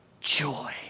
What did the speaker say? joy